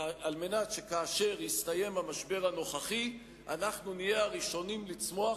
על מנת שכאשר יסתיים המשבר הנוכחי אנחנו נהיה הראשונים לצמוח,